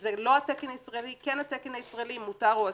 שזה לא תקן ישראלי, כן תקן ישראלי, מותר או אסור.